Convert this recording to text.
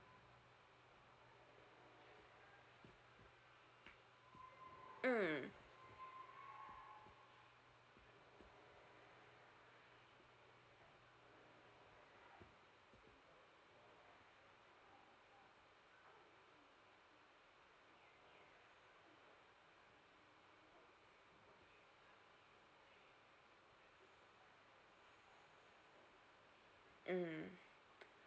mm mm